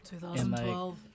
2012